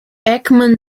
ekman